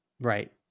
Right